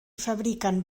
fabriquen